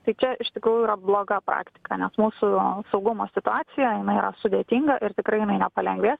tai čia iš tikrųjų yra bloga praktika nes mūsų saugumo situacija jinai yra sudėtinga ir tikrai jinai nepalengvės